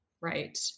right